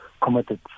committed